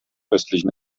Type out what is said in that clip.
östlichen